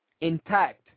intact